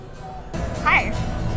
Hi